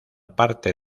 parte